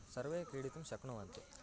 सर्वे क्रीडितुं शक्नुवन्ति